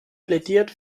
plädiert